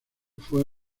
fue